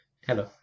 Hello